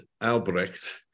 Albrecht